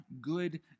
good